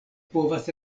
povas